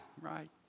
right